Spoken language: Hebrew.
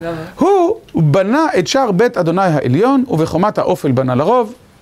הוא בנה את שאר בית ה' העליון, ובחומת האופל בנה לרוב ...